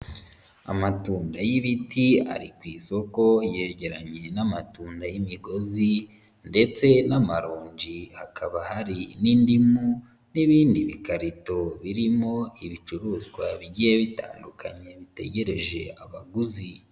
Amatunda y'ibiti ari ku isoko yegeranye n'amatunda y'imigozi ndetse n'amaronji. Hakaba hari n'indimu n'ibindi bikarito birimo ibicuruzwa bigiye bitandukanye bitegereje abaguzi.